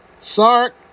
Sark